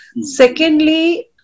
Secondly